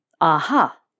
Aha